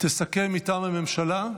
תסכם מטעם הממשלה,